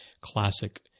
classic